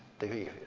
the